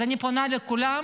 אז אני פונה לכולם,